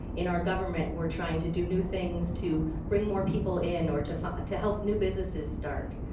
in our government we are trying to do new things to bring more people in or to to help new businesses start.